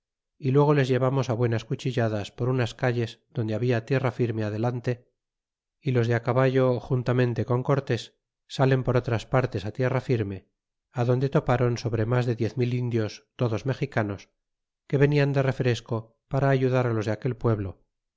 y luego les llevamos buenas cuchilladas por unas calles donde habla tierra firme adelante y los de caballo juntamente con cortés salen por otras partes tierra firme adonde topron sobre mas de diez mil indios todos mexicanos que venian de refresco para ayudar los de aquel pueblo